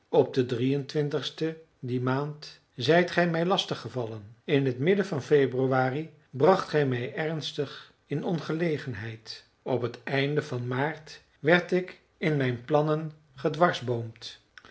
op den sten dier maand zijt gij mij lastig gevallen in het midden van februari bracht gij mij ernstig in ongelegenheid op het einde van maart werd ik in mijn plannen gedwarsboomd